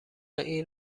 این